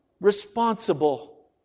responsible